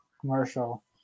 commercial